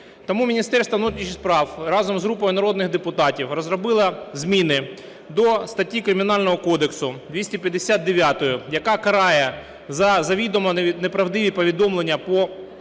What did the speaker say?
Тому Міністерство внутрішніх справ разом з групою народних депутатів розробило зміни до статті Кримінального кодексу 259, яка карає за завідомо неправдиві повідомлення про